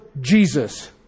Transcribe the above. Jesus